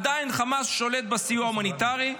עדיין חמאס שולט בסיוע ההומניטרי,